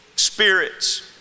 spirits